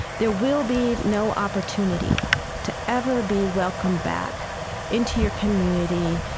there will be no opportunity to ever be welcomed back into your community,